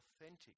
authentic